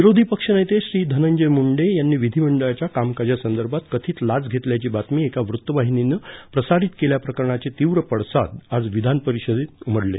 विरोधी पक्षनेते श्री धनंजय मुंडे यांनी विधीमंडळाच्या कामकाजासंदर्भात कथित लाच घेतल्याची बातमी एका वृत्तवाहिनीनं प्रसारित केल्याप्रकरणाचे तीव्र पडसाद आज विधानपरिषदेतही उमदले